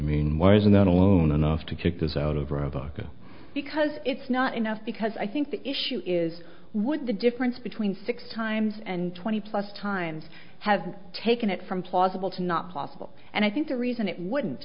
mean why isn't that alone enough to kick this out over a bucket because it's not enough because i think the issue is would the difference between six times and twenty plus times have taken it from plausible to not possible and i think the reason it wouldn't